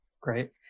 Great